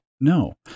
No